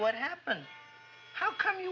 what happened how come you